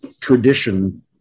tradition